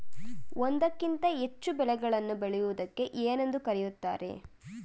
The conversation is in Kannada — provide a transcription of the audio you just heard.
ಒಂದಕ್ಕಿಂತ ಹೆಚ್ಚು ಬೆಳೆಗಳನ್ನು ಬೆಳೆಯುವುದಕ್ಕೆ ಏನೆಂದು ಕರೆಯುತ್ತಾರೆ?